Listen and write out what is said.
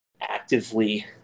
actively